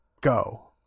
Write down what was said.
go